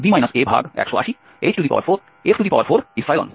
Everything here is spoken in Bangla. তাই আমাদের আছে b a180h4f4